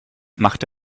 machte